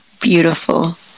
beautiful